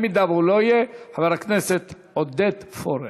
אם לא יהיה, חבר הכנסת עודד פורר.